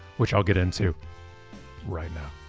which i'll get into right now.